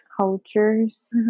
cultures